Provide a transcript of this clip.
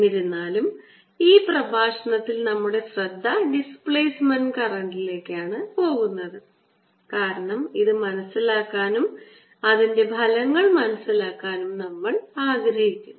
എന്നിരുന്നാലും ഈ പ്രഭാഷണത്തിൽ നമ്മുടെ ശ്രദ്ധ ഡിസ്പ്ലേസ്മെന്റ് കറന്റ്ലേക്കാണ് പോകുന്നത് കാരണം ഇത് മനസിലാക്കാനും അതിന്റെ ഫലങ്ങൾ മനസ്സിലാക്കാനും നമ്മൾ ആഗ്രഹിക്കുന്നു